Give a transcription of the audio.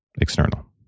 external